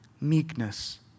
meekness